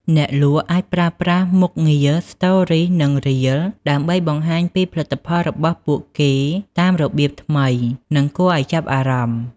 អ្នកលក់អាចប្រើប្រាស់មុខងារ Stories និង Reels ដើម្បីបង្ហាញពីផលិតផលរបស់ពួកគេតាមរបៀបថ្មីនិងគួរឱ្យចាប់អារម្មណ៍។